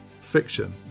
fiction